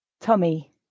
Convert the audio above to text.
Tommy